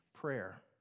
Prayer